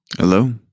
Hello